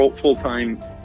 full-time